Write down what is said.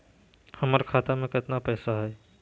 हमर खाता मे केतना पैसा हई?